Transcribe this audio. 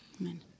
Amen